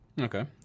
Okay